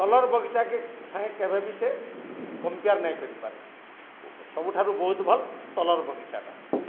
ତଲର ବଗିଚାକେ ସାଙ୍ଗେ କେବେ ବିି ସେ କମ୍ପେୟାର୍ ନାଇଁ କରିପାରେ ସବୁଠାରୁ ବହୁତ ଭଲ୍ ତଲର ବଗିଚାଟା